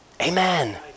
Amen